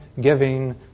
giving